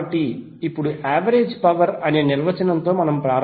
కాబట్టి ఇప్పుడు average power నిర్వచనంతో ప్రారంభిద్దాం